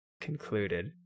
concluded